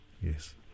yes